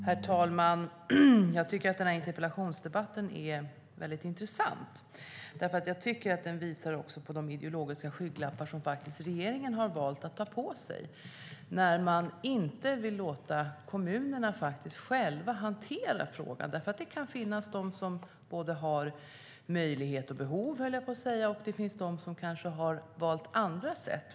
Herr talman! Jag tycker att den här interpellationsdebatten är mycket intressant eftersom den visar på de ideologiska skygglappar som regeringen har valt att ta på sig när man inte vill låta kommunerna själva hantera frågan. Det kan finnas de som har både möjlighet och behov, höll jag på att säga, och de som kanske har valt andra sätt.